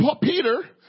Peter